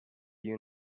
you